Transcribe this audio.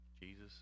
Jesus